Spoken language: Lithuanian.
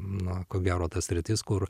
na ko gero tas sritis kur